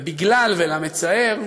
ובגלל, וזה מצער,